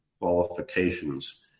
qualifications